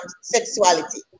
sexuality